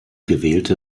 gewählte